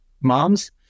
moms